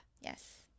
Yes